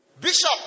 Bishop